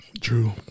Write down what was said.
true